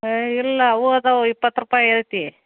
ಏಯ್ ಇಲ್ಲ ಅವೂ ಇದಾವ್ ಇಪ್ಪತ್ತು ರೂಪಾಯಿ ಐತಿ